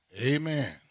Amen